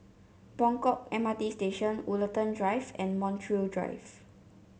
Buangkok M R T Station Woollerton Drive and Montreal Drive